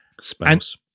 spouse